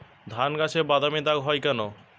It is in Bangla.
ধানগাছে বাদামী দাগ হয় কেন?